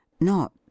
Not